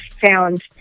found